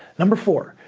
number four,